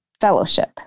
fellowship